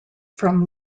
from